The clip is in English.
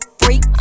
freak